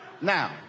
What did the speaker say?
Now